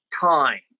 time